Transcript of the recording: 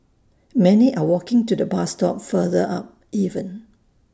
many are walking to the bus stop further up even